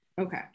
Okay